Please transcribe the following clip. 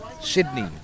Sydney